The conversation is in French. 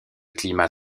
climat